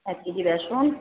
এক কেজি বেসন